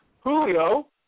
Julio